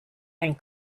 and